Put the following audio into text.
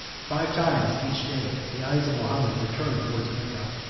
five times each day the eyes of mahomet were turned towards mecca,